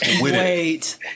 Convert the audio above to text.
Wait